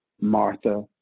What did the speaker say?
martha